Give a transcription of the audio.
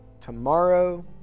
tomorrow